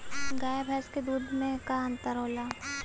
गाय भैंस के दूध में का अन्तर होला?